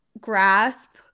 grasp